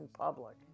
public